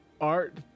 art